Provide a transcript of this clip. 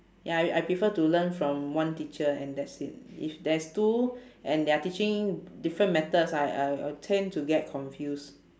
ya I I prefer to learn from one teacher and that's it if there's two and they're teaching different methods I I I'll tend to get confuse